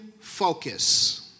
focus